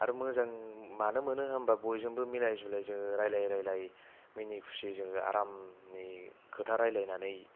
आरो मोजां मानो मोनो होनोब्ला बयजोंबो मिलाय जुलाय जोङो रायज्लाय रायज्लाय मिनि खुसि जोङो आरामै खोथा रायलायनानै